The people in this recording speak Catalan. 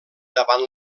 davant